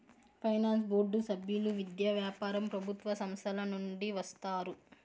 finance board సభ్యులు విద్య, వ్యాపారం ప్రభుత్వ సంస్థల నుండి వస్తారు